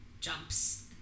jumps